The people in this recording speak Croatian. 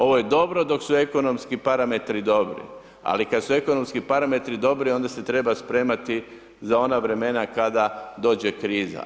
Ovo je dobro dok su ekonomski parametri dobri, ali kad su ekonomski parametri dobri, onda se treba spremati za ona vremena kada dođe kriza.